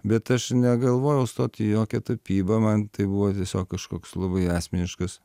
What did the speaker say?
bet aš negalvojau stot į jokią tapybą man tai buvo tiesiog kažkoks labai asmeniškas